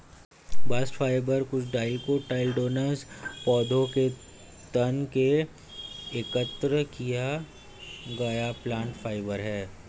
bast fibre कुछ dicotyledonous पौधों के तने से एकत्र किया गया प्लांट फाइबर है